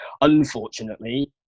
unfortunately